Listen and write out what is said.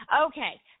Okay